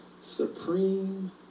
supreme